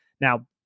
Now